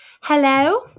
Hello